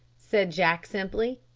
said jack simply.